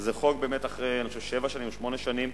זה חוק אחרי שבע או שמונה שנים,